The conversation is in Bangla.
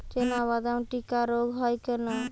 চিনাবাদাম টিক্কা রোগ হয় কেন?